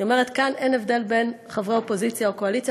אני אומרת: כאן אין הבדל בין חברי אופוזיציה או קואליציה.